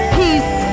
peace